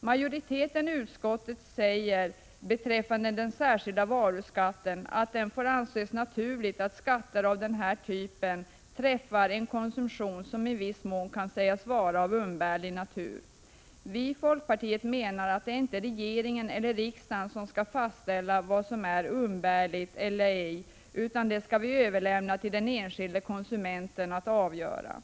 Majoriteten i utskottet säger beträffande den särskilda varuskatten att det får anses naturligt att skatter av den här typen träffar en konsumtion som i viss mån kan sägas vara av umbärlig natur. Vi i folkpartiet menar att det inte är regering eller riksdag som skall fastställa vad som är umbärligt eller ej, utan det skall vi överlämna till den enskilde konsumenten att avgöra.